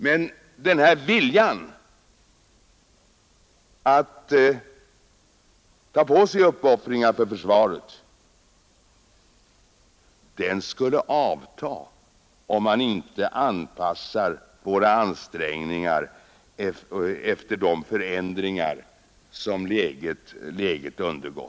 Men den här viljan att göra uppoffringar för försvaret skulle avta, om vi inte anpassar våra ansträngningar efter de förändringar som läget undergår.